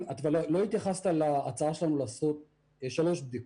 לא התייחסת להצעה שלנו לעשות שלוש בדיקות,